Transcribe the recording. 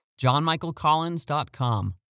johnmichaelcollins.com